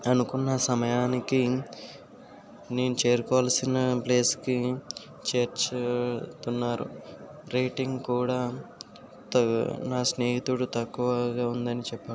అనుకున్న సమయానికి నేను చేరుకోవాల్సిన ప్లేస్కి చేర్చుతున్నారు రేటింగ్ కూడా త నా స్నేహితుడు తక్కువగా ఉందని చెప్పాడు